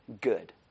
good